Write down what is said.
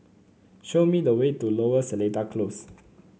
show me the way to Lower Seletar Close